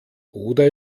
oder